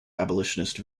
abolitionist